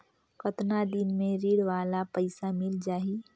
कतना दिन मे ऋण वाला पइसा मिल जाहि?